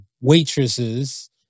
waitresses